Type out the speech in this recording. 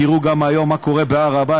תראו גם היום מה קורה בהר הבית,